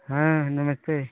हाँ नमस्ते